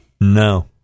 no